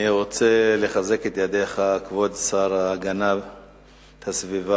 אני רוצה לחזק את ידיך, כבוד השר להגנת הסביבה,